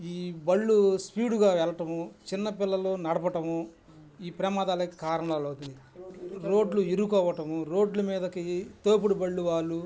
ఈ బళ్ళు స్పీడుగా వెళ్ళటము చిన్న పిల్లలు నడపటము ఈ ప్రమాదాలకి కారణాలవుతున్నాయి రోడ్లు ఇరుకవ్వటము రోడ్ల మీదకి తోపుడు బళ్ళు వాళ్ళు